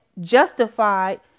justified